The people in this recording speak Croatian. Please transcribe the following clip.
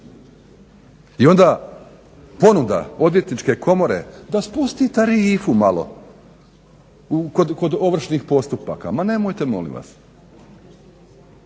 I onda ponuda Odvjetničke komore da spusti tarifu malo kod ovršnih postupaka. Ma nemojte molim vas!